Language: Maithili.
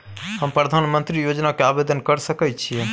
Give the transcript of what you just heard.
हम प्रधानमंत्री योजना के आवेदन कर सके छीये?